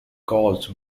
caused